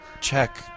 check